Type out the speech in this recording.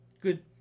Good